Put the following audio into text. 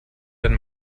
wenn